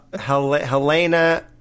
Helena